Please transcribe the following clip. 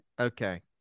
Okay